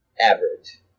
average